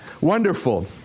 wonderful